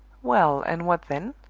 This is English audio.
well, and what then?